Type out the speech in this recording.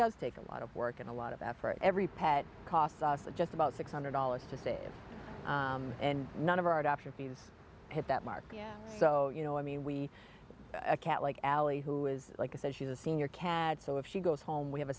does take a lot of work and a lot of effort every pet costs us just about six hundred dollars to save and none of our adoption fees hit that mark so you know i mean we a cat like allie who is like i said she's a senior can add so if she goes home we have a